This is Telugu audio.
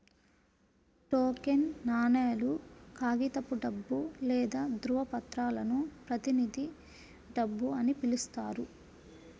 టోకెన్ నాణేలు, కాగితపు డబ్బు లేదా ధ్రువపత్రాలను ప్రతినిధి డబ్బు అని పిలుస్తారు